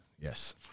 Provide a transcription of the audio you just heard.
Yes